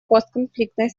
постконфликтной